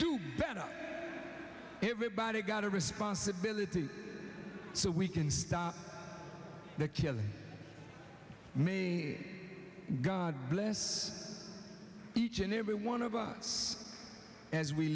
do better everybody got a responsibility so we can stop the killing me god bless each and every one of us as we